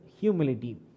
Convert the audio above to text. humility